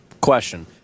question